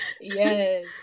yes